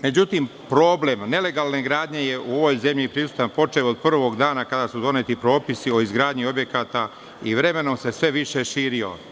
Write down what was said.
Međutim problem nelegalne gradnje u ovoj zemlji je prisutan od prvog dana kada su doneti propisi o izgradnji objekata i vremenom se sve više širio.